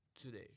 today